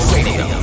Radio